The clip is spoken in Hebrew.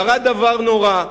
קרה דבר נורא.